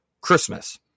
Christmas